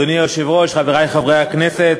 אדוני היושב-ראש, חברי חברי הכנסת,